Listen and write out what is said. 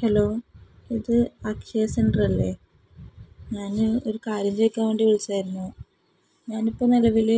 hello ഇത് Akshaya centre അല്ലേ ഞാൻ ഒരു കാര്യം ചോദിക്കാൻ വേണ്ടി വിളിച്ചതായിരുന്നു ഞാൻ ഇപ്പം നിലവിൽ